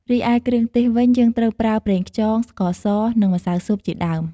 រីឯគ្រឿងទេសវិញ យើងត្រូវប្រើប្រេងខ្យង ស្ករស និងម្សៅស៊ុបជាដើម។